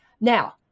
Now